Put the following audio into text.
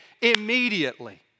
immediately